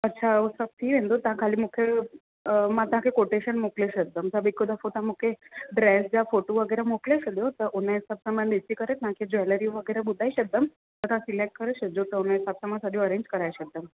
अच्छा उहो सभु थी वेंदो तव्हां ख़ाली मूंखे अ मां तव्हांखे कोटेशन मोकिले छॾिदमि सभु हिकु दफ़ो तव्हां मूंखे ड्रेस जा फ़ोटू वग़ैरह मोकिले सॼो त उनजे हिसाब सां मां ॾिसी करे तव्हांखे ज्वैलरी वग़ैरह ॿुधाइ छॾिदमि त तव्हां सिलैक्ट करे छॾिजो त हुनजे हिसाब सां मां सॼो अरेंज कराइ छॾिदमि